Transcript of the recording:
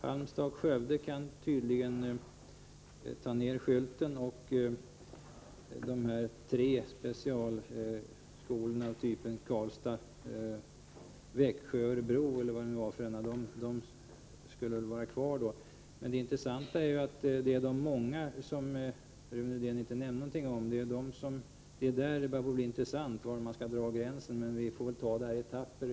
Halmstad och Skövde kan tydligen ”ta ner skylten”, medan de tre specialskolorna — jag tror det var skolorna i Karlstad, Växjö och Örebro — skulle finnas kvar. Men det intressanta är var man skall dra gränsen när det gäller de många andra skolorna. Men vi får väl ta det här i etapper.